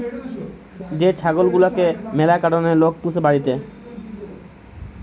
যে ছাগল গুলাকে ম্যালা কারণে লোক পুষে বাড়িতে